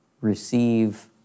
receive